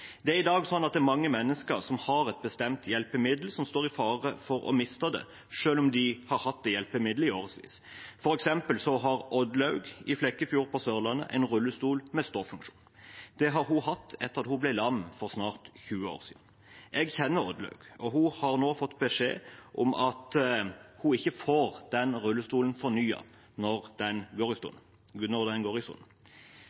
Det er i dag sånn at mange mennesker som har et bestemt hjelpemiddel, står i fare for å miste det, selv om de har hatt det hjelpemiddelet i årevis. For eksempel har Oddlaug i Flekkefjord på Sørlandet en rullestol med ståfunksjon. Det har hun hatt etter at hun ble lam for snart 20 år siden. Jeg kjenner Oddlaug. Hun har nå fått beskjed om at hun ikke får den rullestolen fornyet når den går sund. Det er fordi Nav selv har bestemt – ikke etter vedtak i